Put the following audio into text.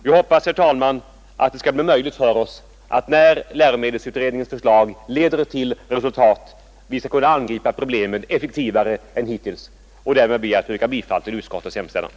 Vi hoppas, herr talman, att det skall bli möjligt för oss att, när läromedelsutredningens förslag leder till resultat, angripa problemet effektivare än hittills, och därmed ber jag att få yrka bifall till utskottets hemställan.